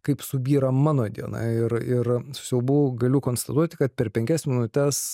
kaip subyra mano diena ir ir su siaubu galiu konstatuoti kad per penkias minutes